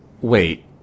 Wait